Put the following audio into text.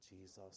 Jesus